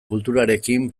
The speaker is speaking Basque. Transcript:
kulturarekin